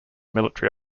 military